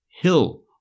hill